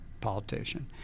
politician